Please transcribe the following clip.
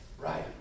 Right